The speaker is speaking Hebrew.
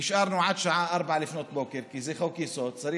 נשארנו עד שעה 04:00, כי זה חוק-יסוד, וצריך,